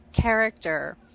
character